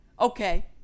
okay